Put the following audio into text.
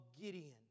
Gideon